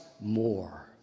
more